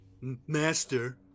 master